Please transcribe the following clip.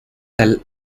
tal